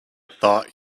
thought